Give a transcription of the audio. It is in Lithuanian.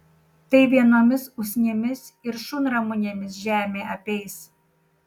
tai vienomis usnimis ir šunramunėmis žemė apeis